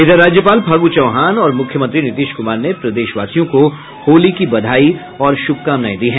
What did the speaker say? इधर राज्यपाल फागू चौहान और मुख्यमंत्री नीतीश कुमार ने प्रदेशवासियों को होली की बधाई और शुभकामनाएं दी हैं